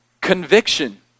conviction